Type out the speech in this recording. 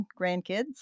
grandkids